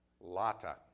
Lata